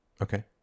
Okay